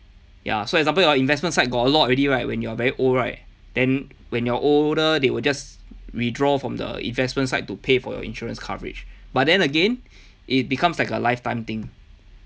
ya so example your investment side got a lot already right when you're very old right then when you're older they will just withdraw from the investment side to pay for your insurance coverage but then again it becomes like a lifetime thing